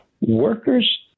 workers